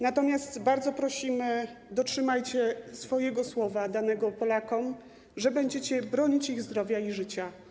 Natomiast bardzo prosimy, dotrzymajcie swojego słowa danego Polakom, że po prostu będziecie bronić ich zdrowia i życia.